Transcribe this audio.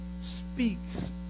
speaks